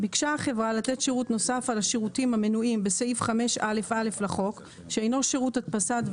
החברה אינה רשאית להחזיק אמצעי שליטה בתאגיד המספק שירותי הדפסה,